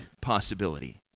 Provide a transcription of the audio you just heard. possibility